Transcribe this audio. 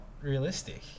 realistic